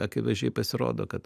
akivaizdžiai pasirodo kad